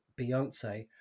Beyonce